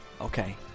Okay